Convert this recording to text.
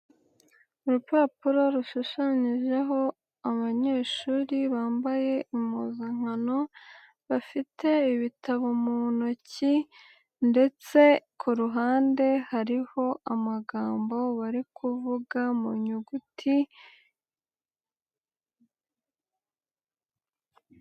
Urupapuro rushushanyijeho abanyeshuri bambaye impuzankano, bafite ibitabo mu ntoki ndetse ku ruhande hariho amagambo bari kuvuga mu nyuguti.